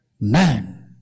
man